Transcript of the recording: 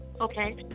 Okay